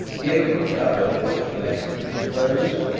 he opened the cover in which the message was enclosed,